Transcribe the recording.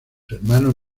hermanos